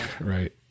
right